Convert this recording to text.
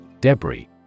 Debris